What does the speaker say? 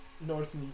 north